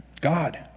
God